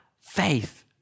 faith